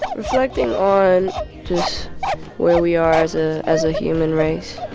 reflecting on just where we are as ah as a human race